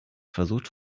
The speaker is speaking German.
versucht